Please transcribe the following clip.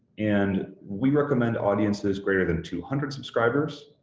and we recommend audiences greater than two hundred subscribers.